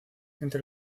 entre